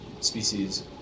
species